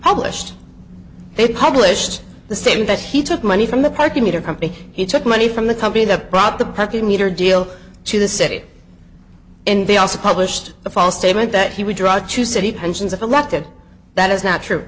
published they published the statement that he took money from the parking meter company he took money from the company that brought the parking meter deal to the city and they also published a false statement that he would write to city pensions of elective that is not true